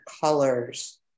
colors